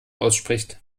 ausspricht